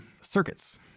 circuits